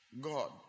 God